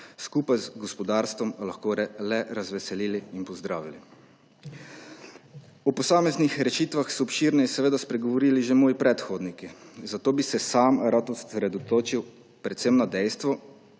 skupaj z gospodarstvom lahko le razveselili in pozdravili. O posameznih rešitvah so obširneje spregovorili že moji predhodniki, zato bi se sam rad osredotočil predvsem na dejstvo,